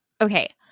Okay